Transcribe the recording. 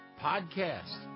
podcast